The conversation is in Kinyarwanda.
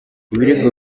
ibirego